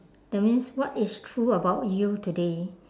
that means what is true about you today